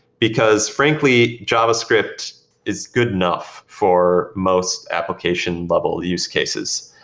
because, frankly, javascript is good enough for most application bubble use cases.